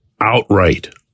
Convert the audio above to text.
outright